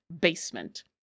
basement